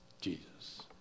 Jesus